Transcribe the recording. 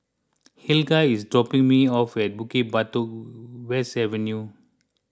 Helga is dropping me off at Bukit Batok West Avenue